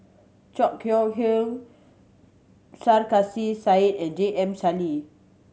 Chor Yeok Eng Sarkasi Said and J M Sali